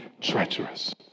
treacherous